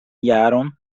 jaron